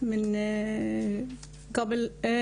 אני יכולה לדבר אבל בשפה --- (מדברת בשפה הערבית,